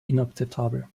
inakzeptabel